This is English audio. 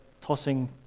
tossing